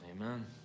Amen